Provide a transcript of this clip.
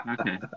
Okay